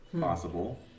possible